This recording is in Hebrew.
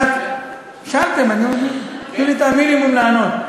שאלתם, תנו לי את המינימום, לענות.